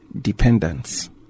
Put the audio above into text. dependence